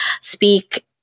speak